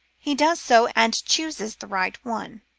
he does so, and chooses the right one.